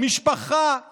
משפחה,